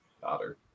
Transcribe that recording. daughter